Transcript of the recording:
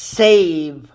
save